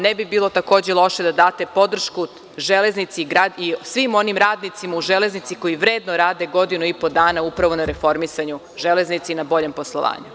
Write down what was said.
Ne bi bilo takođe loše da date podršku „Železnici“, svim onim radnicima u „Železnici“, koji vredno rade godinu i po dana, upravo na reformisanju „Železnice“ i na boljem poslovanju.